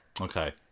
Okay